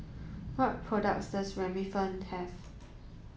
what products does Remifemin have